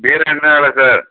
பீரோ என்ன வெலை சார்